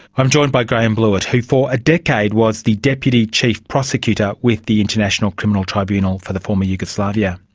i'm joined by graham blewitt who for a decade was the deputy chief prosecutor with the international criminal tribunal for the former yugoslavia.